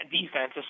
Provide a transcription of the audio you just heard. defense